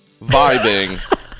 vibing